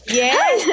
Yes